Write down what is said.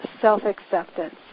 self-acceptance